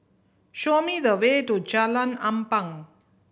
show me the way to Jalan Ampang